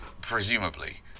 Presumably